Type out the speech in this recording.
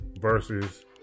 versus